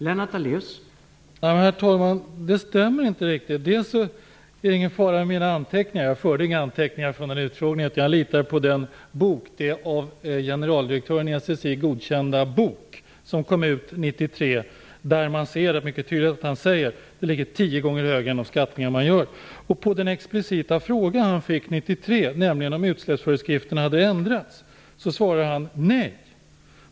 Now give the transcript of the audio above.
Herr talman! Det stämmer inte riktigt. Det är ingen fara med mina anteckningar, för jag förde inga anteckningar vid utfrågningen. Jag litar på den av generaldirektören i SSI godkända bok som kom ut 1993. Där ser man mycket tydligt att han säger att risken ligger tio gånger högre än den skattning som görs. På den explicita fråga som han fick 1993 om utsläppsföreskrifterna hade ändrats svarade han nej.